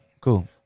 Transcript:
cool